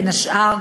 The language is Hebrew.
בין השאר,